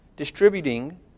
Distributing